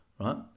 right